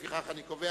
לפיכך, אני קובע